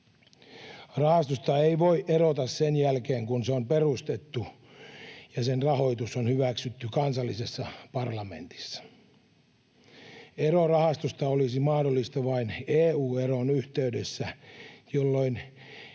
Rahastosta ei voi erota sen jälkeen, kun se on perustettu ja sen rahoitus on hyväksytty kansallisessa parlamentissa. Ero rahastosta olisi mahdollista vain EU-eron yhteydessä, jolloin